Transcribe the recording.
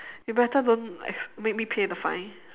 you better don't like make me pay the fine